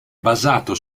basato